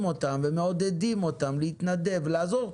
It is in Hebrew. אותם ומעודדים אותם להתנדב ולעזור,